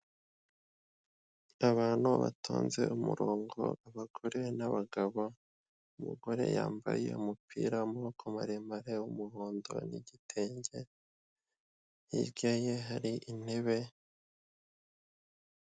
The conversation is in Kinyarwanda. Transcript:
Abantu batonze umurongo abagore n'abagabo, umugore yambaye umupira wa maboko maremare w'umuhondo n'igitenge, hirya ye hari intebe.